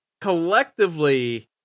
collectively